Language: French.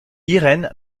irene